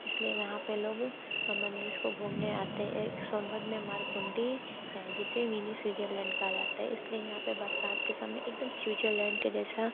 इसलिए वहाँ पर लोग मंदिर को घूमने आते एक सोनभद्र में मारकुंडी है जिसे मिनी स्विट्जरलैंड कहा जाता है इसलिए यहाँ बरसात के समय एक दम स्विट्जरलैंड के जैसा